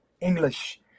english